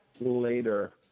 later